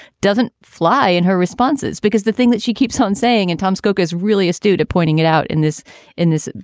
doesn't fly in her responses, because the thing that she keeps on saying and tom's joke is really astute, pointing it out in this in this,